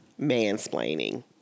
Mansplaining